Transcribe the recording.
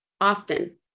often